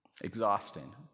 exhausting